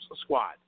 squad